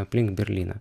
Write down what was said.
aplink berlyną